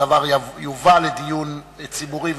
הדבר יובא לדיון ציבורי,